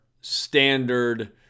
standard